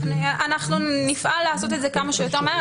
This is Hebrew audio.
אנחנו נפעל לעשות את זה כמה שיותר מהר.